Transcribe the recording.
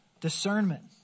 discernment